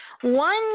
One